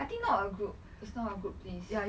I think not a group it's not a good place